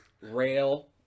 rail